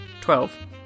Twelve